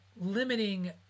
limiting